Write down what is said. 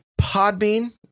Podbean